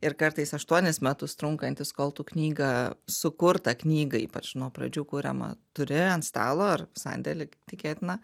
ir kartais aštuonis metus trunkantis kol tu knygą sukurtą knygą ypač nuo pradžių kuriamą turi ant stalo ar sandėly tikėtina